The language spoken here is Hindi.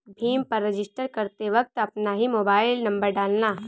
भीम पर रजिस्टर करते वक्त अपना ही मोबाईल नंबर डालना